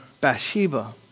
Bathsheba